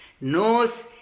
Nose